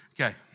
Okay